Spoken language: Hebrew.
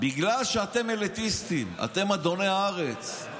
בגלל שאתם אליטיסטים, אתם אדוני הארץ.